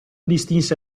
distinse